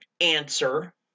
answer